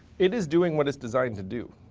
it is doing what it's designed to do.